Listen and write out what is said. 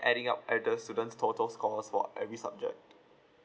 adding up at the students total scores for every subject